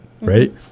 right